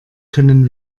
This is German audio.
können